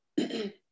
Okay